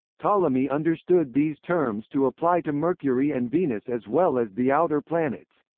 ptolemy understood these terms to apply to mercury and venus as well as the outer planets.